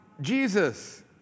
Jesus